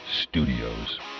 Studios